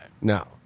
No